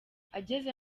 ageze